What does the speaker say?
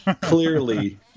clearly